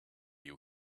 you